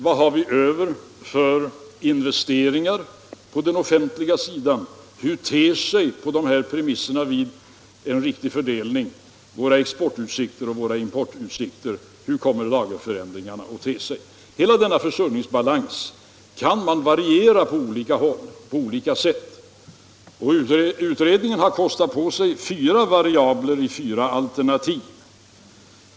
Vad har vi över för investeringar på den offentliga sidan? Hur ter sig på dessa premisser vid en riktig fördelning våra exportutsikter och våra importutsikter? Hur kommer lagerförändringarna att te sig? Hela denna försörjningsbalans kan man variera på olika sätt. Utredningen har kostat på sig fyra variabler i fyra alternativ.